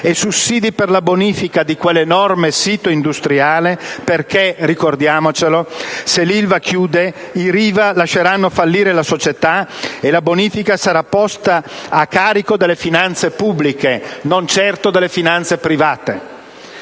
e sussidi per la bonifica di quell'enorme sito industriale, perché - ricordiamocelo - se l'Ilva chiude i Riva lasceranno fallire la società e la bonifica sarà posta a carico delle finanze pubbliche, non certo private.